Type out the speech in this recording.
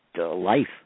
life